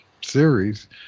series